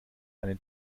eine